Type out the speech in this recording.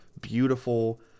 beautiful